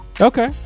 Okay